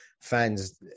Fans